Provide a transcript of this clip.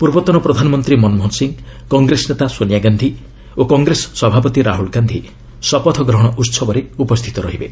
ପୂର୍ବତନ ପ୍ରଧାନମନ୍ତ୍ରୀ ମନମୋହନ ସିଂ କଂଗ୍ରେସ ନେତା ସୋନିଆ ଗାନ୍ଧୀ ଓ କଂଗ୍ରେସ ସଭାପତି ରାହୁଳ ଗାନ୍ଧୀ ଶପଥଗ୍ରହଣ ଉତ୍ସବରେ ଉପସ୍ଥିତ ରହିବେ